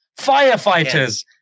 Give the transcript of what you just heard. firefighters